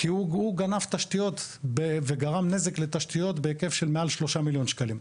כי הוא גנב תשתיות וגרם נזק לתשתיות בהיקף של מעל 3 מיליון שקלים.